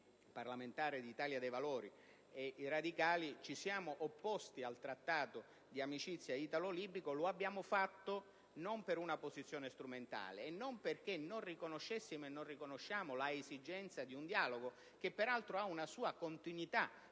il Gruppo IdV e la componente dei radicali, ci siamo opposti al Trattato di amicizia italo-libico; lo abbiamo fatto non per una posizione strumentale e non perché non riconoscessimo e non riconosciamo l'esigenza di un dialogo, che peraltro ha una sua continuità